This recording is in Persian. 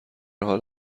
حال